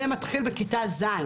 זה מתחיל בכיתה ז',